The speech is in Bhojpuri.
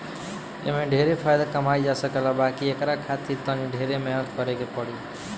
एमे ढेरे फायदा कमाई जा सकेला बाकी एकरा खातिर तनी ढेरे मेहनत करे के पड़ी